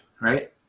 right